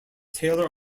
taylor